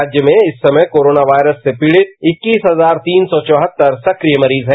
राज्य में इस समय कोरोना वायरस से पीड़ित इक्कीस हजार तीन सौ चौहत्तर सक्रिय मरीज है